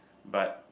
but